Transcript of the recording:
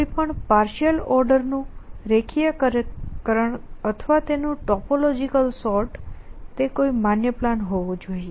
કોઈપણ પાર્શિઅલ ઓર્ડરનું રેખીયકરણ અથવા તેનું ટોપોલોજીકલ સૉર્ટ તે માન્ય પ્લાન હોવો જોઈએ